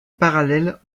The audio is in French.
parallèle